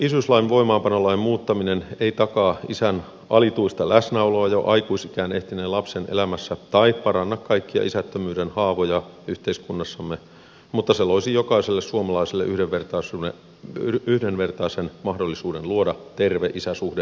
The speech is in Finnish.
isyyslain voimaanpanolain muuttaminen ei takaa isän alituista läsnäoloa jo aikuisikään ehtineen lapsen elämässä tai paranna kaikkia isättömyyden haavoja yhteiskunnassamme mutta se loisi jokaiselle suomalaiselle yhdenvertaisen mahdollisuuden luoda terve isäsuhde biologiseen isäänsä